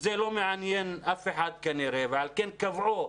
אבל זה לא מעניין אף אחד כנראה, ועל כן קבעו